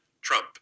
Trump